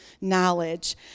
knowledge